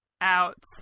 out